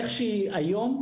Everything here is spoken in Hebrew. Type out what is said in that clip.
איך שהיא היום,